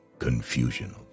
confusion